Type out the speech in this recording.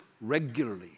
regularly